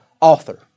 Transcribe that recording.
author